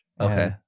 Okay